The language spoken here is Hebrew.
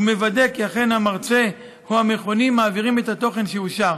ומוודא כי אכן המרצה או המכונים מעבירים את התוכן שאושר.